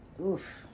Oof